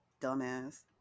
dumbass